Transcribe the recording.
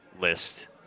list